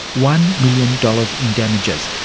one million dollars in damages,